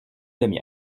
demi